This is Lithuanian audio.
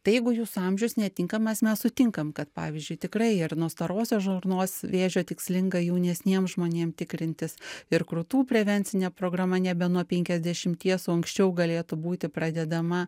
tai jeigu jūsų amžius netinkamas mes sutinkam kad pavyzdžiui tikrai ir nuo storosios žarnos vėžio tikslinga jaunesniem žmonėm tikrintis ir krūtų prevencinė programa nebe nuo penkiasdešimties o anksčiau galėtų būti pradedama